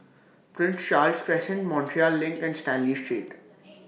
Prince Charles Crescent Montreal LINK and Stanley Street